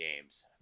games